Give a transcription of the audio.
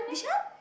Bishan